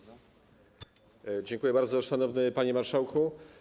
Dziękuję bardzo, szanowny panie marszałku.